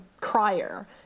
crier